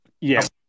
Yes